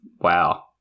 wow